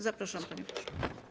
Zapraszam, panie pośle.